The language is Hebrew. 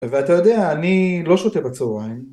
ואתה יודע, אני, לא שותה בצהריים